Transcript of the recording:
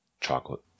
chocolate